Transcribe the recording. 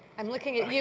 i'm looking at you,